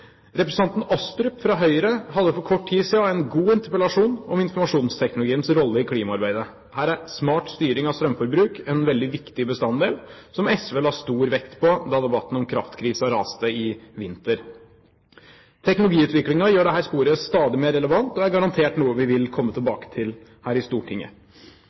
Representanten Astrup fra Høyre hadde for kort tid siden en god interpellasjon om informasjonsteknologiens rolle i klimaarbeidet. Her er smart styring av strømforbruk en veldig viktig bestanddel, som SV la stor vekt på da debatten om kraftkrisen raste i vinter. Teknologiutviklingen gjør dette sporet stadig mer relevant, og er garantert noe vi vil komme tilbake til her i Stortinget.